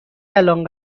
الآن